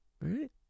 Right